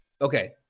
okay